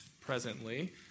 presently